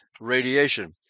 radiation